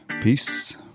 Peace